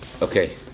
Okay